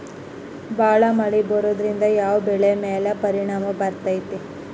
ಭಾಳ ಮಳಿ ಬರೋದ್ರಿಂದ ಯಾವ್ ಬೆಳಿ ಮ್ಯಾಲ್ ಪರಿಣಾಮ ಬಿರತೇತಿ?